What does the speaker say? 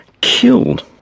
killed